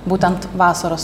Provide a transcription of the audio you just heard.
būtent vasaros